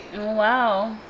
Wow